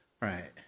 right